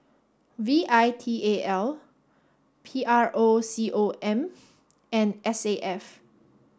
V I T A L P R O C O M and S A F